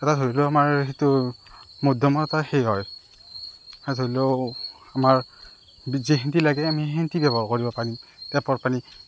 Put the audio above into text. এতিয়া ধৰি লওক আমাৰ সেইটো মধ্যমত এটা হেৰি হয় এতিয়া ধৰি লওক আমাৰ যিখিনি লাগে আমি সেইখিনিয়ে ব্যৱহাৰ কৰিব পাৰিম টেপৰ পানী